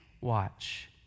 watch